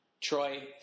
Troy